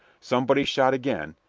somebody shot again,